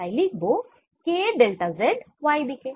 তাই লিখব K delta Z Y দিকে